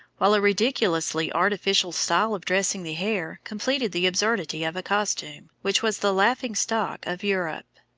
while a ridiculously artificial style of dressing the hair completed the absurdity of a costume which was the laughing-stock of europe.